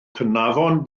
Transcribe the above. cnafon